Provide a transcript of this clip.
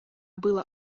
было